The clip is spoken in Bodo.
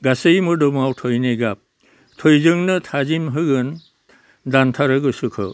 गासै मोदोमाव थैनि गाब थैजोंनो थाजिम होगोन दानथारु गोसोखौ